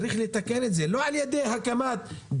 צריך לתקן את זה, לא על ידי הקמת גוף